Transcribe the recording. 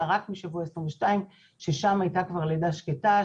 אלא רק משבוע 22 ששם הייתה כבר לידה שקטה,